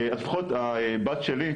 אז לפחות הבת שלי,